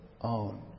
own